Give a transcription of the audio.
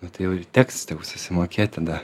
nu tai jau ir teks susimokėt tada